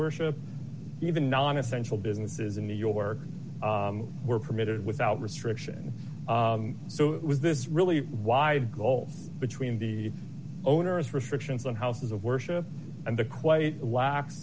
worship even non essential businesses in new york were permitted without restriction so was this really wide goal between the onerous restrictions on houses of worship and the quite lax